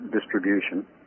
distribution